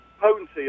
potency